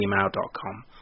gmail.com